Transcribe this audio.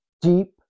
deep